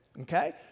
Okay